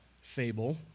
fable